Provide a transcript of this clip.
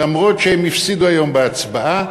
אף-על-פי שהם הפסידו היום בהצבעה,